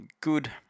good